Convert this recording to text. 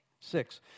Six